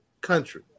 country